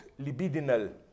libidinal